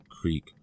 Creek